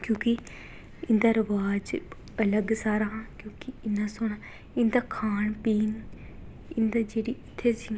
क्योंकि इंदा ईलाज अलग सारें कशा की इन्ना सोह्ना एह् इंदा खान पीन इंदा जेह्ड़ी इत्थें चीज़